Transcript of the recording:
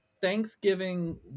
Thanksgiving